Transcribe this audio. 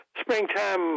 springtime